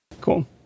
cool